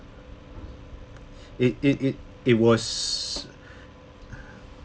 it it it it was